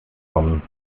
kommen